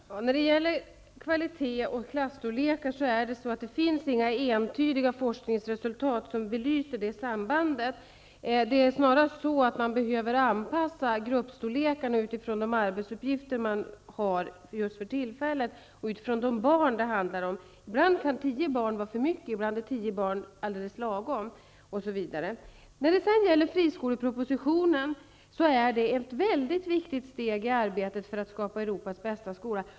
Herr talman! När det gäller kvalitet och klasstorlekar finns det inga entydiga forskningsresultat som belyser detta samband. Det är snarare så, att man behöver anpassa gruppstorlek utifrån de arbetsuppgifter man har just för tillfället och de barn det handlar om. Ibland kan tio barn vara för mycket, och ibland är tio barn alldeles lagom osv. Friskolepropositionen är ett mycket viktigt steg i arbetet med att skapa Europas bästa skola.